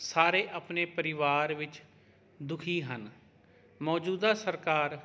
ਸਾਰੇ ਆਪਣੇ ਪਰਿਵਾਰ ਵਿੱਚ ਦੁਖੀ ਹਨ ਮੌਜੂਦਾ ਸਰਕਾਰ